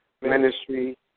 Ministry